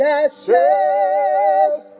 ashes